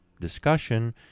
discussion